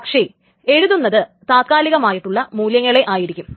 പക്ഷേ എഴുതുന്നത് താത്കാലികമായിട്ടുള്ള മൂല്യങ്ങളെ ആയിരിക്കും